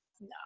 no